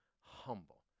humble